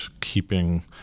keeping